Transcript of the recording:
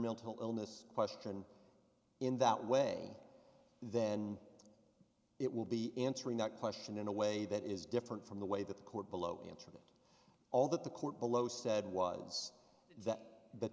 mental illness question in that way then it will be answering that question in a way that is different from the way that the court below ensure that all that the court below said was that the